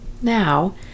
Now